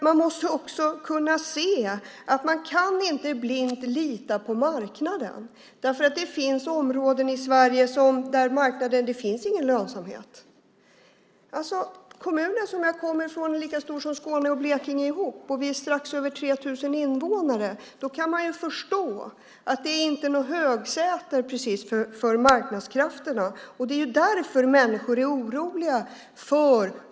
Man måste också kunna se att det inte går att blint lita på marknaden. Det finns områden i Sverige där det inte finns någon lönsamhet. Kommunen som jag kommer från är lika stor som Skåne och Blekinge tillsammans, och vi är strax över 3 000 invånare. Då kan man förstå att det inte precis är något högsäte för marknadskrafterna. Det är därför människor är oroliga.